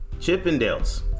chippendales